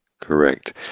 correct